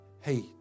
hey